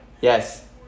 Yes